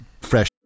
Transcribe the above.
fresh